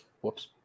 Whoops